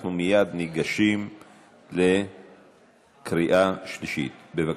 אנחנו מייד ניגשים לקריאה שלישית, בבקשה.